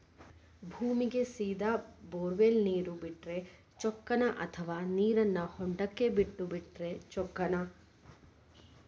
ಭೂಮಿಗೆ ಸೇದಾ ಬೊರ್ವೆಲ್ ನೇರು ಬಿಟ್ಟರೆ ಚೊಕ್ಕನ ಅಥವಾ ನೇರನ್ನು ಹೊಂಡಕ್ಕೆ ಬಿಟ್ಟು ಬಿಟ್ಟರೆ ಚೊಕ್ಕನ?